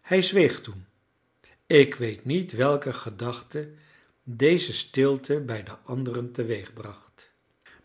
hij zweeg toen ik weet niet welke gedachten deze stilte bij de anderen teweegbracht